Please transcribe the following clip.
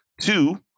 Two